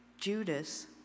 Judas